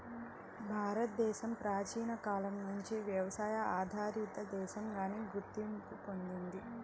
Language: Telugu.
భారతదేశం ప్రాచీన కాలం నుంచి వ్యవసాయ ఆధారిత దేశంగానే గుర్తింపు పొందింది